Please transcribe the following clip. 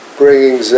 bringing